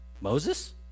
Moses